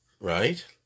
right